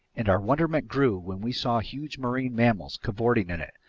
and our wonderment grew when we saw huge marine animals cavorting in it,